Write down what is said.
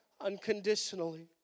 unconditionally